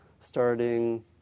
starting